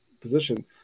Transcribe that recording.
position